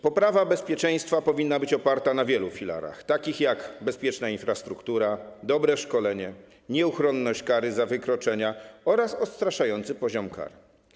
Poprawa bezpieczeństwa powinna być oparta na wielu filarach, takich jak bezpieczna infrastruktura, dobre szkolenie, nieuchronność kary za wykroczenia oraz odstraszający poziom kar.